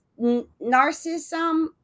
narcissism